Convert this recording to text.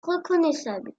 reconnaissables